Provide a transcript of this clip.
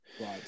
Right